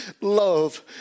love